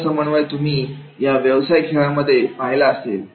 असा समन्वय तुम्ही याव्यवसाय खेळामध्ये पाहिला असेल